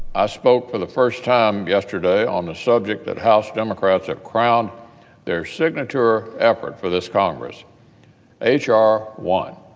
i spoke for the first time yesterday on the subject that house democrats have crowned their signature effort for this congress h r. one,